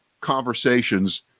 conversations